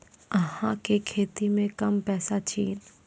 अहाँ के खाता मे कम पैसा छथिन?